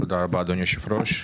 תודה רבה, אדוני היושב-ראש.